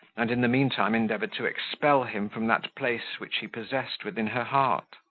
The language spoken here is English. and in the mean time endeavoured to expel him from that place which he possessed within her heart.